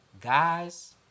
guys